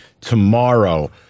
tomorrow